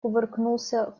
кувыркнулся